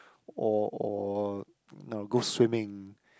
or or now I go swimming